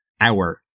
Hour